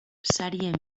sarien